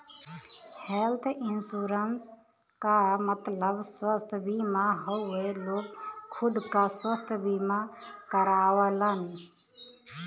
health insurance क मतलब स्वस्थ बीमा हउवे लोग खुद क स्वस्थ बीमा करावलन